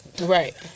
Right